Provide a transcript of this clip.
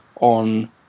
on